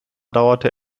dauerte